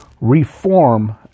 Reform